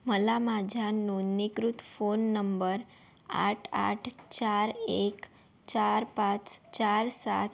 मला माझ्या नोंदणीकृत फोन नंबर आठ आठ चार एक चार पाच चार सात